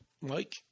Mike